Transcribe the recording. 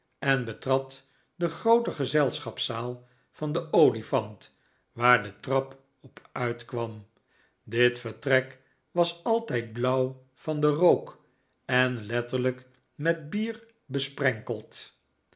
en betrad de groote gezelschapszaal van de olifant waar de trap op uitkwam dit vertrek was altijd blauw van den rook en letterlijk met bier besprenkeld